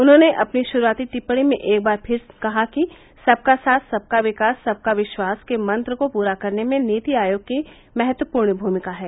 उन्होंने अपनी श्रूआती टिप्पणी में एक बार फिर कहा कि सबका साथ सबका विकास सबका विश्वास के मंत्र को पूरा करने में नीति आयोग की भूमिका महत्वपूर्ण है